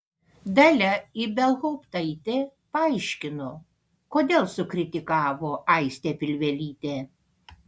dalia ibelhauptaitė paaiškino kodėl sukritikavo aistę pilvelytę